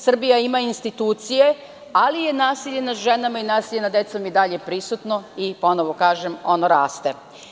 Srbija ima institucije, ali je nasilje nad ženama i nasilje nad decom i dalje prisutno i, ponovo kažem, ono raste.